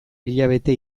hilabete